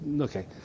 okay